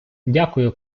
дякую